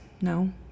no